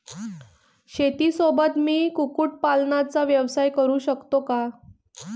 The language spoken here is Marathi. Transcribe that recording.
शेतीसोबत मी कुक्कुटपालनाचा व्यवसाय करु शकतो का?